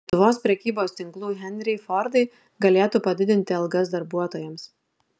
lietuvos prekybos tinklų henriai fordai galėtų padidinti algas darbuotojams